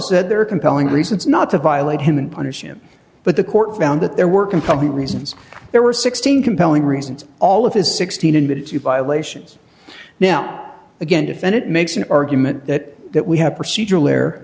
said there are compelling reasons not to violate him and punish him but the court found that there were compelling reasons there were sixteen compelling reasons all of his sixteen admitted to violations now again defend it makes an argument that that we have procedur